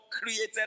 created